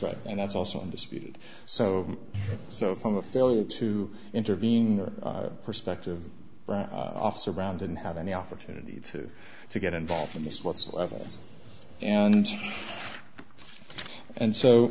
right and that's also in dispute so so from a failure to intervene or perspective officer around didn't have any opportunity to to get involved in this whatsoever and and so